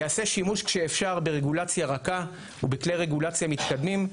ייעשה שימוש כשאפשר ברגולציה רכה ובכלי רגולציה מתקדמים,